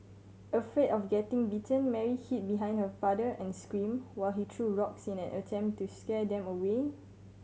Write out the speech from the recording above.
afraid of getting bitten Mary hid behind her father and screamed while he threw rocks in an attempt to scare them away